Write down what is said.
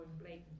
blatant